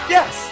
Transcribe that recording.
Yes